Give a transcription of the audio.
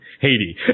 Haiti